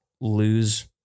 lose